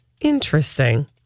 Interesting